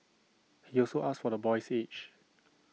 he also asked for the boy's age